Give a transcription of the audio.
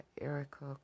Erica